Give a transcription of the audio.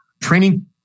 training